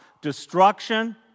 destruction